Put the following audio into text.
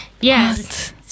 Yes